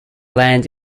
land